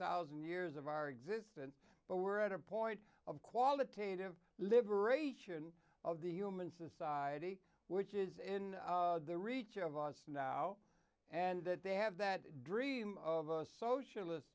thousand years of our existence but we're at a point of qualitative liberation of the human society which is in the reach of us now and that they have that dream of a socialist